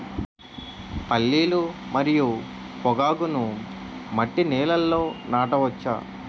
పల్లీలు మరియు పొగాకును మట్టి నేలల్లో నాట వచ్చా?